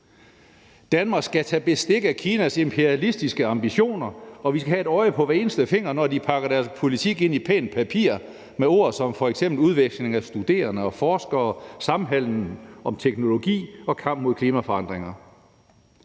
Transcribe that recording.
Danmark skal tage bestik af Kinas imperialistiske ambitioner, og vi skal have et øje på hver eneste finger, når de pakker deres politik ind i pænt papir med ord som f.eks. udveksling af studerende og forskere, samhandel, teknologi og kamp mod klimaforandringer.